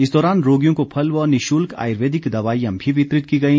इस दौरान रोगियों को फल व निशुल्क आयुर्वेदिक दवाईयां भी वितरित की गई